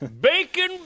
Bacon